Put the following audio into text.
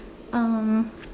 um